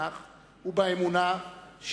ובתנ"ך ובאמונה,